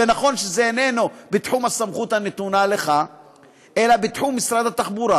נכון שזה איננו בתחום הסמכות הנתונה לך אלא בתחום משרד התחבורה,